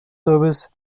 service